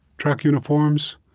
track uniforms.